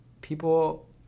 People